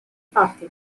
fatte